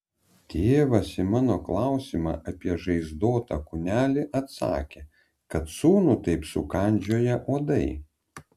tėvas į mano klausimą apie žaizdotą kūnelį atsakė kad sūnų taip sukandžioję uodai